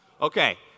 Okay